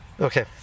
Okay